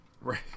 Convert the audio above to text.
Right